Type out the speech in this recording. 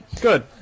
Good